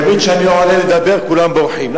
תמיד כשאני עולה לדבר כולם בורחים.